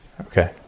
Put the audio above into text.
Okay